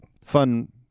fun